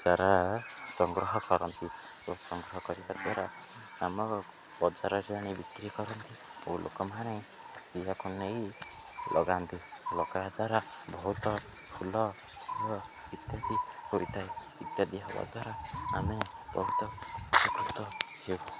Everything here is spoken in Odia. ଚାରା ସଂଗ୍ରହ କରନ୍ତି ଓ ସଂଗ୍ରହ କରିବା ଦ୍ୱାରା ଆମ ବଜାରରେ ଆଣି ବିକ୍ରି କରନ୍ତି ଓ ଲୋକମାନେ ଏହାକୁ ନେଇ ଲଗାନ୍ତି ଲଗାଇବା ଦ୍ୱାରା ବହୁତ ଫୁଲ ଫଳ ଇତ୍ୟାଦି ହୋଇଥାଏ ଇତ୍ୟାଦି ହେବା ଦ୍ୱାରା ଆମେ ବହୁତ ଉପକୃତ ହେଉ